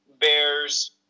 Bears